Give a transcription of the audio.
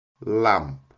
lamp